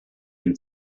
been